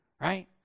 right